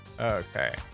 Okay